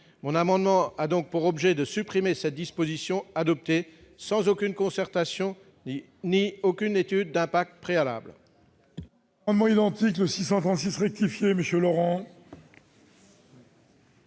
Cet amendement a donc pour objet de supprimer cette disposition, adoptée sans aucune concertation ni aucune étude d'impact préalables.